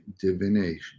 divination